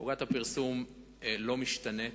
עוגת הפרסום לא משתנה,